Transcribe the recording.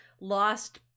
lost